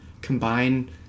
combine